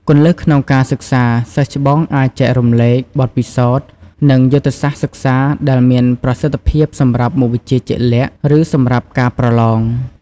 គន្លឹះក្នុងការសិក្សា សិស្សច្បងអាចចែករំលែក បទពិសោធន៍ និង យុទ្ធសាស្ត្រសិក្សា ដែលមានប្រសិទ្ធភាពសម្រាប់មុខវិជ្ជាជាក់លាក់ ឬសម្រាប់ការប្រឡង។